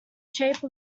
shape